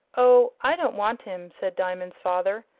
oh, i don't want him, said diamond's father.